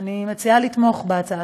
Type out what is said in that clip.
אני מציעה לתמוך בהצעה.